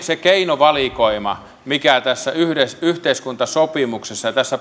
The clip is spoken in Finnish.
se keinovalikoima mikä tässä yhteiskuntasopimuksessa ja tässä